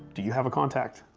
do you have a contact?